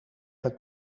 het